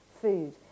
food